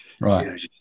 right